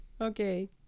Okay